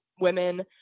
women